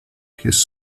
his